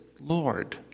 Lord